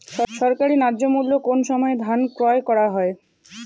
সরকারি ন্যায্য মূল্যে কোন সময় ধান ক্রয় করা হয়?